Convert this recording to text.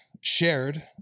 shared